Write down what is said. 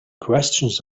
questions